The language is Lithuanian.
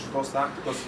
šitos taktikos